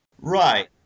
Right